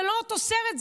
זה לא אותו סרט,